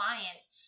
clients